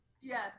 yes